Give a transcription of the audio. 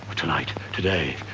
tonight. today.